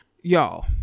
y'all